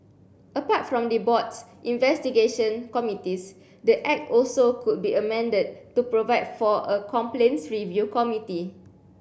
apart from the board's investigation committees the Act also could be amended to provide for a complaints review committee